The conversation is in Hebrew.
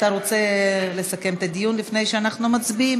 אתה רוצה לסכם את הדיון לפני שאנחנו מצביעים?